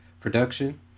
production